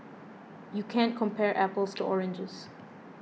you can't compare apples to oranges